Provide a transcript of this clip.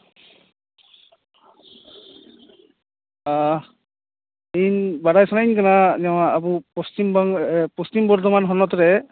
ᱟᱻ ᱤᱧ ᱵᱟᱰᱟᱭ ᱥᱟᱱᱟᱧ ᱠᱟᱱᱟ ᱱᱚᱣᱟ ᱟᱵᱚ ᱯᱚᱥᱪᱷᱤᱢ ᱵᱚᱨᱫᱷᱚᱢᱟᱱ ᱦᱚᱱᱚᱛ ᱨᱮ